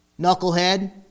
knucklehead